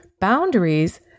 Boundaries